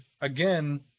again